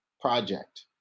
project